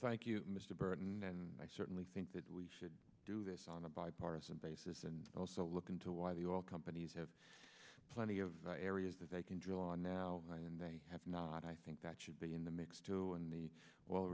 thank you mr burton and i certainly think that we should do this on a bipartisan basis and also look into why the all companies have plenty of areas that they can draw on now and have not i think that should be in the mix too and the well